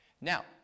Now